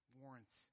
warrants